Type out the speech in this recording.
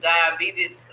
Diabetes